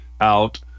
out